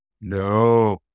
No